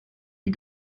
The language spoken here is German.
die